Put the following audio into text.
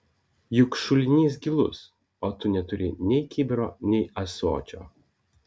juk šulinys gilus o tu neturi nei kibiro nei ąsočio